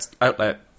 outlet